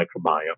microbiome